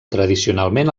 tradicionalment